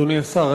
אדוני השר,